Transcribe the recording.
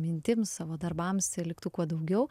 mintims savo darbams liktų kuo daugiau